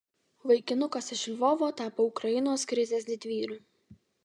vaikinukas iš lvovo tapo ukrainos krizės didvyriu